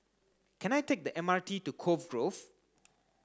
can I take the M R T to Cove Grove